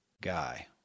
guy